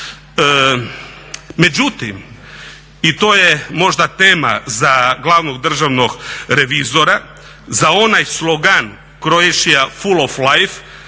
Međutim i to je možda tema za glavnog državnog revizora za onaj slogan "Croatia full of life",